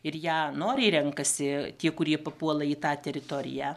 ir ją noriai renkasi tie kurie papuola į tą teritoriją